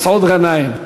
מסעוד גנאים.